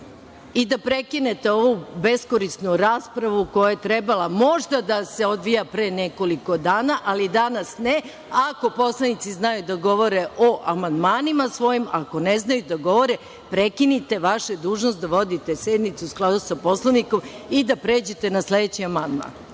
i da prekinete ovu beskorisnu raspravu koja je trebala možda da se odvija pre nekoliko dana, ali danas ne, ako poslanici znaju da govore o amandmanima svojim, ako ne znaju da govore prekinite. Vaša je dužnost da vodite sednicu u skladu sa Poslovnikom i da pređete na sledeći amandman.